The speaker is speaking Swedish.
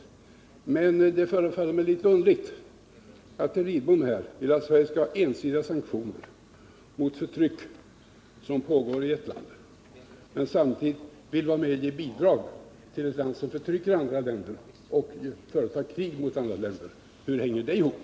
181 Det förefaller mig litet underligt att herr Lidbom vill att Sverige skall vidta ensidiga sanktioner mot förtryck i ett land men samtidigt vill vara med och ge bidrag till ett land som förtrycker andra länder och företar krig mot andra länder. Hur hänger det ihop?